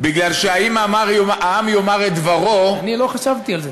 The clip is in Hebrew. בגלל שאם העם יאמר את דברו, אני לא חשבתי על זה.